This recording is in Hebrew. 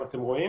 מה שאתם רואים